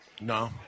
No